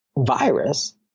virus